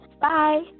Bye